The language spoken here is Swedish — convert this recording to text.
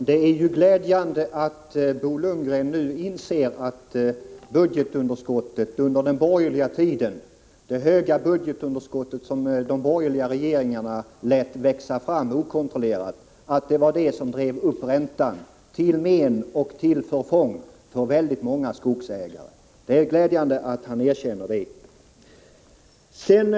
Herr talman! Det är glädjande att Bo Lundgren nu inser att det är det stora budgetunderskottet som under de borgerliga regeringarnas tid okontrollerat fick växa fram som drev upp räntan, till men och till förfång för väldigt många skogsägare. Det är glädjande att Bo Lundgren erkänner att det förhåller sig så.